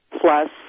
plus